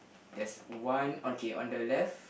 there's one okay on the left